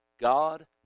God